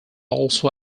also